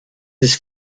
des